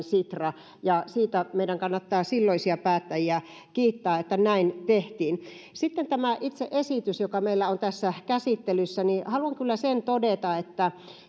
sitra ja siitä meidän kannattaa meidän silloisia päättäjiä kiittää että näin tehtiin sitten tämä itse esitys joka meillä on tässä käsittelyssä haluan kyllä sen todeta että